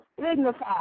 dignified